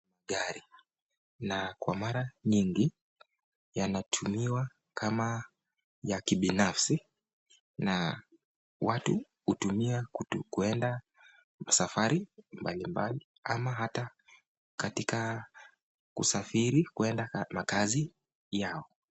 Gari, na kwa mara nyingi yanatumiwa kama ya kibinafsi na watu hutumia kwenda safari mbalimbali ama hata katika kusafiri kwenda makazi yao.